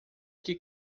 que